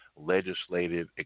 Legislative